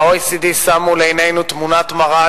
ה-OECD שם מול עינינו תמונת מראה.